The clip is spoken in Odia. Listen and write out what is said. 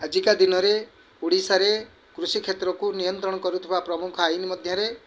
ଆଜିକା ଦିନରେ ଓଡ଼ିଶାରେ କୃଷିକ୍ଷେତ୍ରକୁ ନିୟନ୍ତ୍ରଣ କରୁଥିବା ପ୍ରମୁଖ ଆଇନ ମଧ୍ୟରେ